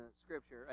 scripture